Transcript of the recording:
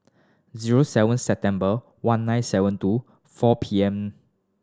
zero seven September one nine seven two four P M